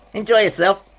enjoy yourself!